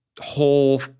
whole